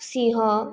सिंह